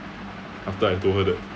after I told her that